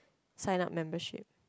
sign up membership